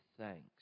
thanks